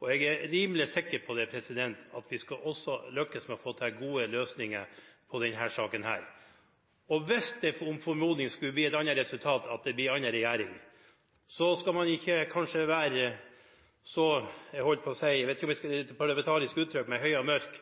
og jeg er rimelig sikker på at vi skal lykkes med å få til gode løsninger også i denne saken. Hvis det mot formodning skulle bli et annet resultat, en annen regjering, skal man kanskje ikke være – jeg vet ikke om det er et parlamentarisk uttrykk – så «høy og mørk»